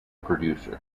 producer